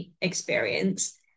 experience